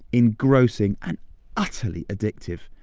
engrossing, and utterly addictive.